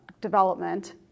development